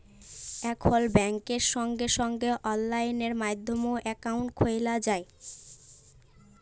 এখল ব্যাংকে সঙ্গে সঙ্গে অললাইন মাধ্যমে একাউন্ট খ্যলা যায়